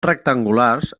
rectangulars